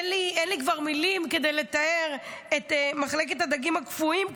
אין לי כבר לי מילים כדי לתאר את מחלקת הדגים הקפואים כאן.